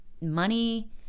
money